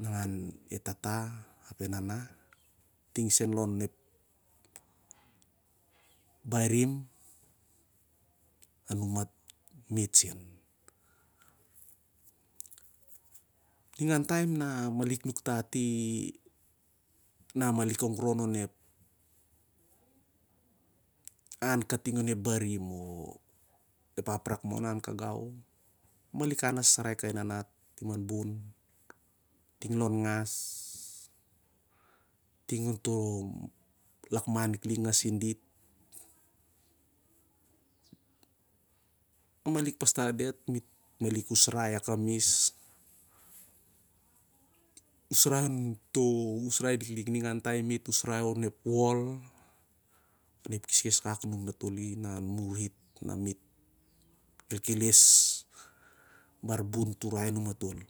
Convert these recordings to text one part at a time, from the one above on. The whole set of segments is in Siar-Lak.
E tata ap e ama tig se anlon barim anum matolisen. Ningan taem, na malik nuktati o na malik ongron onep an kating onep barim o ap rak moh mal inan ka gau, a malik an a sasarai kai nanat, ting lon ngas, ting and bon or ting onto lakman liklik ngasin diti. A malik pastat diat kap diat usrai iah kamis. Usrai onto usrai liklik, ningan taem, usrai onep wol onep. eses akak anu datoli na kel keles bar bu turai anum matoli.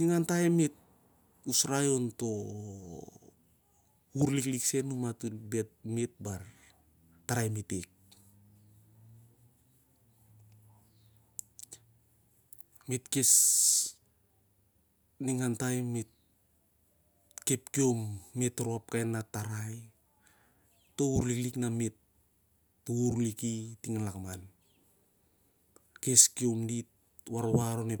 Ningan taem me't, usrai onto wur liklik sen anuym matol ep tarai metek me't khes ningan taem me't khep kiom med't rop, kkai nanat tarai, akes khiom dit ap warwar onto wuvur lik sen anun me't ting an lakman